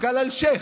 המפכ"ל אלשיך,